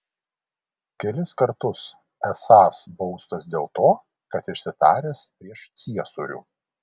kelis kartus esąs baustas dėl to kad išsitaręs prieš ciesorių